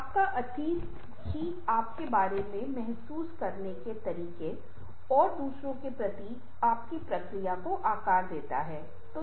आपका अतीत ही आपके बारे में महसूस करने के तरीके और दूसरों के प्रति आपकी प्रतिक्रिया को आकार देता है